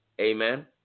Amen